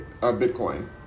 Bitcoin